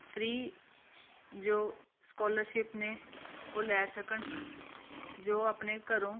free ਜੋ scholarship ਨੇ ਉਹ ਲੈ ਸਕਣ ਜੋ ਆਪਣੇ ਘਰੋਂ